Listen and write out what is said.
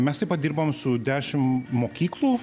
mes taip pat dirbam su dešim mokyklų